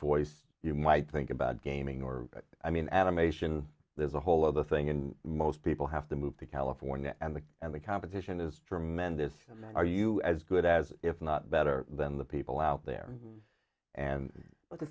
voice you might think about gaming or i mean animation there's a whole other thing and most people have to move to california and the and the competition is tremendous and are you as good as if not better than the people out there and